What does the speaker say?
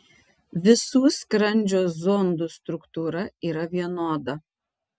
visų skrandžio zondų struktūra yra vienoda